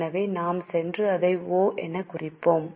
எனவே நாம் சென்று அதை O எனக் குறிப்போம்